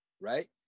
right